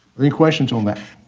any questions on that? if